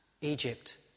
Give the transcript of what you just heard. Egypt